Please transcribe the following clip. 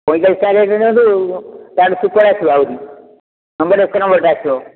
ପାଇଁଚଳିଶ ଟଙ୍କା ରଟ୍ରେ ନିଅନ୍ତୁ ଚାଳିଶ ପିଛା ଅସିବ ଆହୁରି ନମ୍ବର୍ ଏକ ନମ୍ବର୍ ରେଟ୍ରେ ଆସିବ